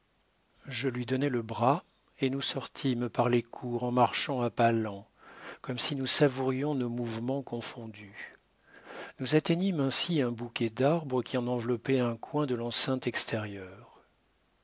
je lui donnai le bras et nous sortîmes par les cours en marchant à pas lents comme si nous savourions nos mouvements confondus nous atteignîmes ainsi un bouquet d'arbres qui enveloppait un coin de l'enceinte extérieure